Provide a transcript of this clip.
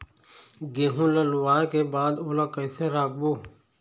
गेहूं ला लुवाऐ के बाद ओला कइसे राखबो?